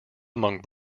among